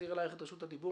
נחזיר אלייך את רשות הדיבור.